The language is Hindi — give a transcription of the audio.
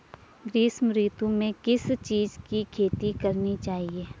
ग्रीष्म ऋतु में किस चीज़ की खेती करनी चाहिये?